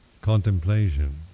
contemplation